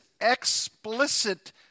explicit